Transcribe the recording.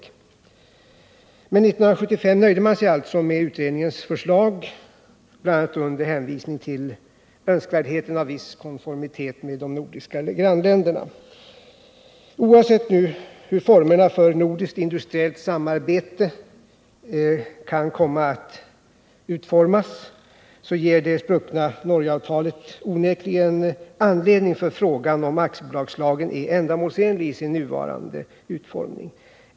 År 1975 nöjde man sig emellertid med utredningens förslag, bl.a. under hänvisning till önskvärdheten av viss konformitet med våra nordiska grannländer. Oavsett hur nordiskt industriellt samarbete kan komma att utformas ger det spruckna Norgeavtalet onekligen anledning till frågan om aktiebolagslagen är ändamålsenlig i sin nuvarande utformning.